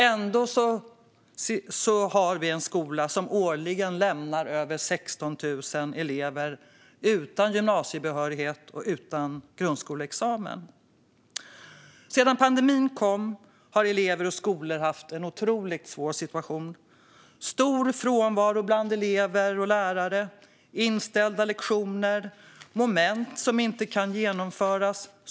Ändå har vi en skola som årligen lämnar över 16 000 elever utan gymnasiebehörighet och utan grundskoleexamen. Sedan pandemin kom har elever och skolor haft en otroligt svår situation med stor frånvaro bland elever och lärare, inställda lektioner och såklart moment som inte kan genomföras.